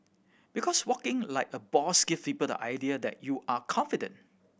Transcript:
because walking like a boss gives people the idea that you are confident